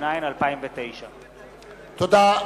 התש"ע 2009. תודה.